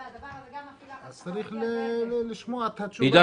כמה זמן תצטרכו לזה?